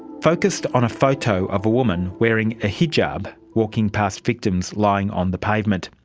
focused on a photo of a woman wearing a hijab walking past victims lying on the pavement.